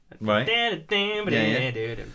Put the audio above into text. Right